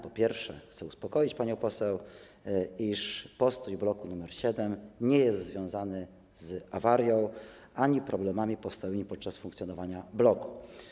Po pierwsze, chcę uspokoić panią poseł, iż postój w bloku nr 7 nie jest związany z awarią ani problemami powstałymi podczas funkcjonowania bloku.